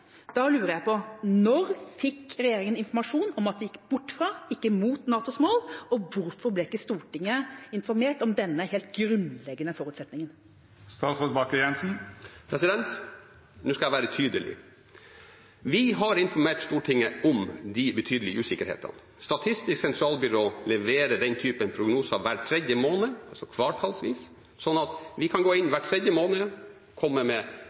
da lurer jeg på: Når fikk regjeringa informasjon om at den gikk bort fra og ikke mot NATOs mål, og hvorfor ble ikke Stortinget informert om denne helt grunnleggende forutsetningen? Nå skal jeg være tydelig. Vi har informert Stortinget om de betydelige usikkerhetene. Statistisk sentralbyrå leverer den typen prognoser hver tredje måned, altså kvartalsvis, sånn at vi kan gå inn hver tredje måned og komme med